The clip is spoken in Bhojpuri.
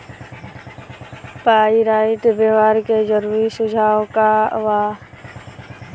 पाइराइट व्यवहार के जरूरी सुझाव का वा?